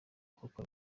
koko